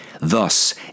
Thus